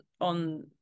on